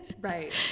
Right